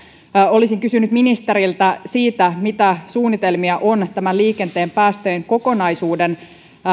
olisin kysynyt ministeriltä mitä suunnitelmia on liikenteen päästöjen kokonaisuuden